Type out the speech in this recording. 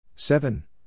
Seven